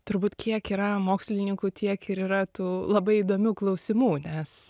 turbūt kiek yra mokslininkų tiek ir yra tų labai įdomių klausimų nes